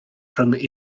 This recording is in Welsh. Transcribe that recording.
rhwng